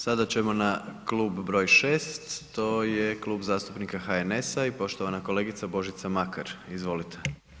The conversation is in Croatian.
Sada ćemo na klub br. 6, to je Klub zastupnika HNS-a i poštovana kolegica Božica Makar, izvolite.